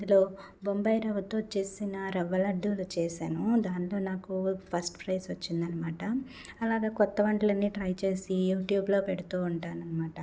అందులో బొంబాయి రవ్వతో చేసిన రవ్వ లడ్డులు చేశాను దాంట్లో నాకు ఫస్ట్ ప్రైజ్ వచ్చిందనమాట అలాగా కొత్త వంటలన్నీ ట్రై చేసి యూట్యూబ్లో పెడుతూ ఉంటాను అనమాట